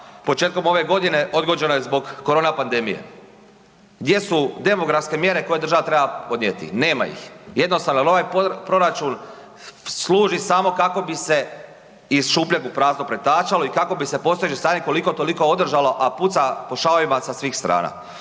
početkom ove godine, odgođena je zbog korona pandemije. Gdje su demografske mjere koje država treba podnijeti? Nema ih, jednostavno jer ovaj proračun služi kako bi se iz šupljeg u prazno pretačalo i tako bi se postojeće stanje koliko toliko održalo a puca po šavovima sa svih strana.